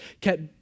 kept